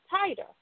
tighter